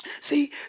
See